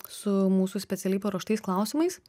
su mūsų specialiai paruoštais klausimais